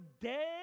dead